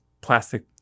plastic